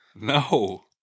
No